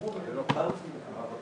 מה זה אנטישמי?